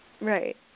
Right